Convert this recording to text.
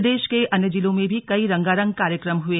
प्रदेश के अन्य जिलों में भी कई रंगारंग कार्यक्रम हुए